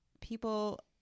people